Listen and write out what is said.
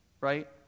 right